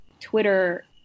Twitter